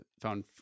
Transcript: found